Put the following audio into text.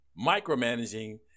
Micromanaging